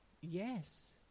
Yes